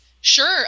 Sure